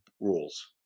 rules